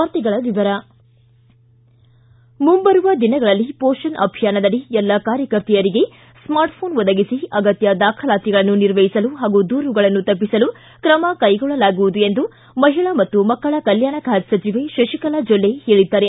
ವಾರ್ತೆಗಳ ವಿವರ ಮುಂಬರುವ ದಿನಗಳಲ್ಲಿ ಪೋಷಣ್ ಅಭಿಯಾನದಡಿ ಎಲ್ಲ ಕಾರ್ಯಕರ್ತೆಯರಿಗೆ ಸ್ಮಾರ್ಟ್ ಪೋನ್ ಒದಗಿಸಿ ಅಗತ್ಯ ದಾಖಲಾತಿಗಳನ್ನು ನಿರ್ವಹಿಸಲು ಹಾಗೂ ದೂರುಗಳನ್ನು ತಪ್ಪಿಸಲು ಕ್ರಮಕ್ಕೆಗೊಳ್ಳಲಾಗುವುದು ಎಂದು ಮಹಿಳಾ ಮತ್ತು ಮಕ್ಕಳ ಕಲ್ಚಾಣ ಖಾತೆ ಸಚಿವೆ ಶಶಿಕಲಾ ಜೊಲ್ಲೆ ಹೇಳಿದ್ದಾರೆ